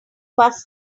bus